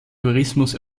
tourismus